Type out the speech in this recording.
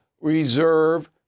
reserve